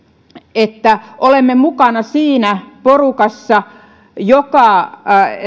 että olemme mukana siinä porukassa joka